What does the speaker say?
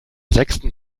sechsten